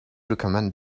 recommend